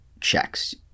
checks